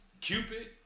Cupid